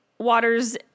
Waters